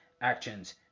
actions